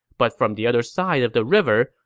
but from the other side of the river,